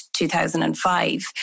2005